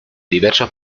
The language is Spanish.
diversos